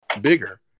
bigger